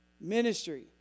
Ministry